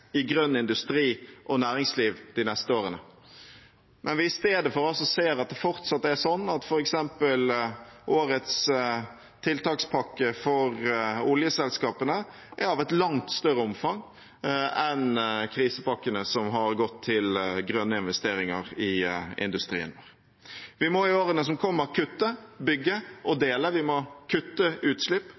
i grønn industri og næringsliv de neste årene. I stedet ser vi altså at det fortsatt er sånn at f.eks. årets tiltakspakke for oljeselskapene er av et langt større omfang enn krisepakkene som har gått til grønne investeringer i industrien. Vi må i årene som kommer, kutte, bygge og dele. Vi må kutte utslipp,